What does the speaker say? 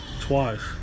twice